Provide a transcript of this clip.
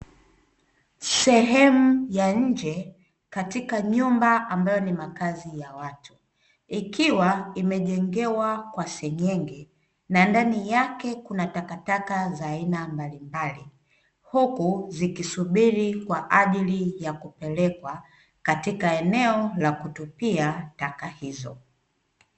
Sehemu ya nje katika nyumba ambayo ni makazi ya watu, ikiwa imejengewa kwa senyenge na ndani yake kuna takataka za aina mbalimbali, huku zikisubiri kwa ajili ya kupelekwa katika eneo la kutupia taka hizo.